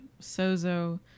sozo